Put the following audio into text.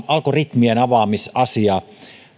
algoritmien avaamisasia